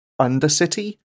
undercity